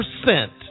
percent